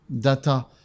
Data